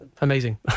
amazing